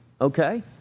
okay